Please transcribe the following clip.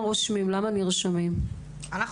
אינה